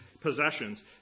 possessions